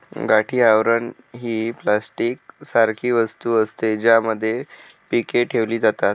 गाठी आवरण ही प्लास्टिक सारखी वस्तू असते, ज्यामध्ये पीके ठेवली जातात